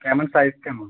কেমন সাইজ কেমন